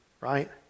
right